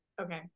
Okay